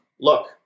look